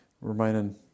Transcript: reminding